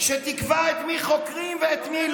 שתקבע את מי חוקרים ואת מי